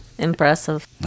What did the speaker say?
Impressive